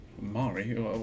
Mari